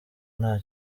nta